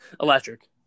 Electric